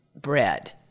bread